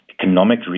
economic